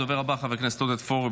הדובר הבא, חבר הכנסת עודד פורר.